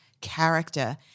character